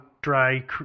Dry